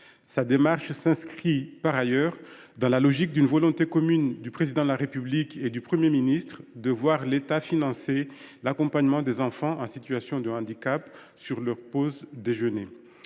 de ce texte s’inscrit par ailleurs dans la logique d’une volonté commune du Président de la République et du Premier ministre de voir l’État financer l’accompagnement des enfants en situation de handicap pendant leur pause déjeuner.